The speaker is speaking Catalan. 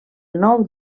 nou